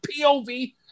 POV